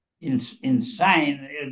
insane